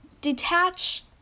detach